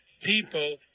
people